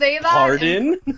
Pardon